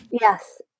Yes